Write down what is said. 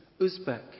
Uzbek